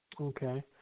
Okay